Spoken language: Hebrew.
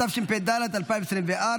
התשפ"ד 2024,